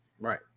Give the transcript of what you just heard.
Right